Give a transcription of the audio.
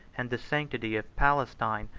and the sanctity of palestine,